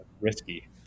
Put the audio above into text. risky